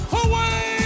away